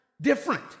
Different